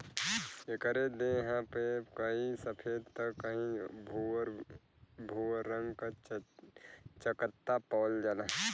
एकरे देह पे कहीं सफ़ेद त कहीं भूअर भूअर रंग क चकत्ता पावल जाला